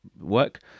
work